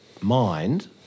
mind